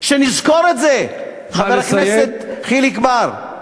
שנזכור את זה, חבר הכנסת חיליק בר.